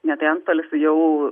ne tai antstolis jau